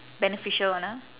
beneficial one ah